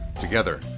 Together